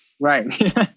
Right